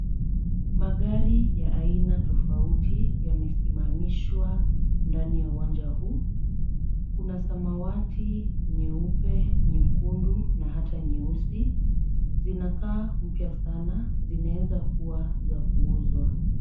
Magari ya aina tofauti yamesimamishwa ndani ya uwanja huu. Kuna samawati, nyeupe, nyekundu na hata nyeusi, zinakaa mpya sana, zinaweza kua za kuuzwa.